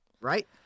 right